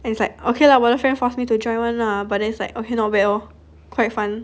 and it's like okay lah 我的 friend forced me to join lah but then it's like okay not bad orh quite fun